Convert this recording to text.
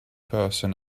person